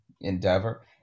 endeavor